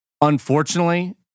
unfortunately